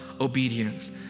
obedience